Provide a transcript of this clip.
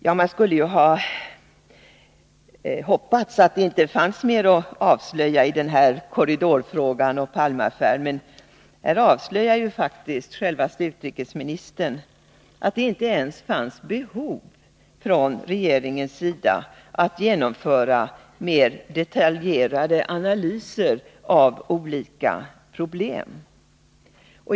Jag hade hoppats att det inte fanns mer att avslöja i den här korridorfrågan och i Palmeaffären, men här avslöjar faktiskt självaste utrikesministern att det inte ens fanns behov från regeringens sida att genomföra mer detaljerade analyser av olika problem.